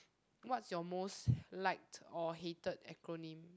what's your most liked or hated acronym